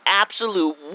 absolute